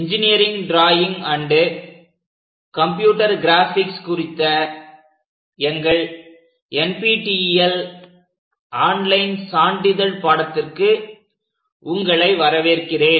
engineering drawing and computer graphics குறித்த எங்கள் NPTEL online சான்றிதழ் பாடத்திற்கு உங்களை வரவேற்கிறேன்